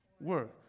work